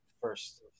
first